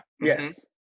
Yes